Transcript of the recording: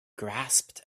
grasped